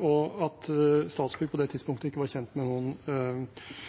og at Statsbygg på det tidspunktet ikke var kjent med noen